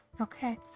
Okay